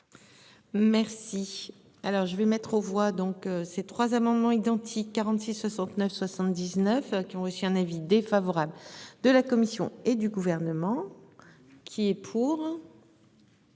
Merci. Alors je vais mettre aux voix, donc ces trois amendements identiques, 46 69 79 qui ont reçu un avis défavorable de la commission et du gouvernement. Qui est pour.